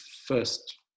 first